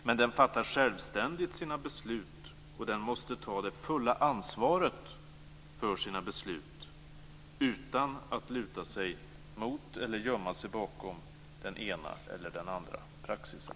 Men den fattar självständigt sina beslut, och den måste ta det fulla ansvaret för sina beslut utan att luta sig mot eller gömma sig bakom den ena eller den andra praxisen.